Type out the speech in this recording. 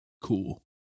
Cool